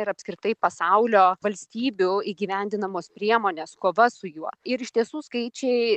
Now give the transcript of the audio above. ir apskritai pasaulio valstybių įgyvendinamos priemonės kova su juo ir iš tiesų skaičiai